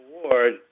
award